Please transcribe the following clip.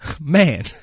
Man